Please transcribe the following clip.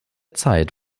zeit